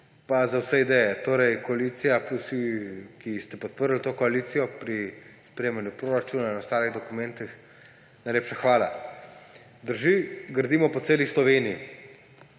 za vse ideje. Torej, koalicija plus vi, ki ste podprli to koalicijo pri sprejemanju proračuna in ostalih dokumentov, najlepša hvala. Drži, gradimo po celi Sloveniji.